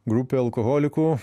grupė alkoholikų